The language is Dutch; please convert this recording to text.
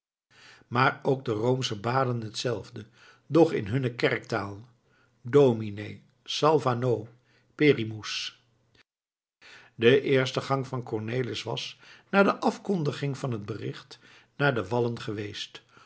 maar ook de roomschen baden hetzelfde doch in hunne kerktaal domine salva nos perimus de eerste gang van cornelis was na de afkondiging van het bericht naar de wallen geweest